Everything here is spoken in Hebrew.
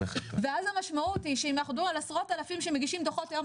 ואז המשמעות היא שאם אנחנו מדברים על עשרות אלפים שמגישים דוחות היום